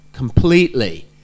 Completely